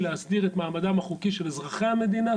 להסדיר את מעמדם החוקי של אזרחי המדינה,